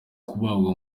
kubagwa